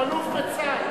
הוא אלוף בצה"ל,